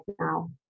now